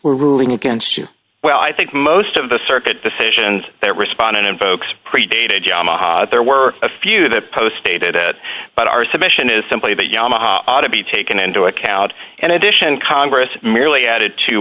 ruling against you well i think most of the circuit decision that respondent invokes predated yamaha there were a few that post dated it but our submission is simply that yamaha ought to be taken into account and addition congress merely added t